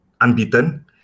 unbeaten